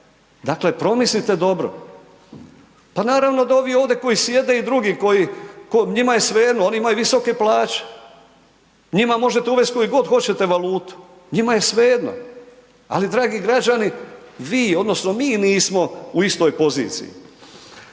Dakle promislite dobro. Pa naravno da ovi ovdje koji sjede i drugi koji, njima je svejedno, oni imaju visoke plaće, njima možete uvest koji hoćete valutu, njima je svejedno, ali dragi građani vi odnosno mi nismo u istoj poziciji.